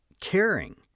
caring